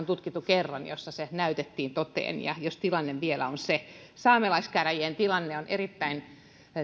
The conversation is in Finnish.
tutkittu kerran jolloin se näytettiin toteen ja tilanne saattaa vielä olla se saamelaiskäräjien tilanne on erittäin